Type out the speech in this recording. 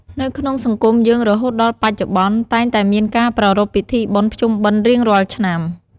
នៅក្នុងសង្គមយើង រហូតដល់បច្ចុប្បន្ន តែងតែមានការប្រារព្ធពិធីបុណ្យភ្ជុំបិណ្យរៀងរាល់ឆ្នាំ។